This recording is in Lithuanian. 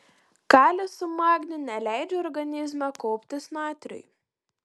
kalis su magniu neleidžia organizme kauptis natriui